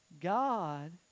God